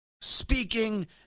speaking